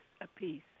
apiece